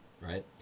right